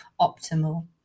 optimal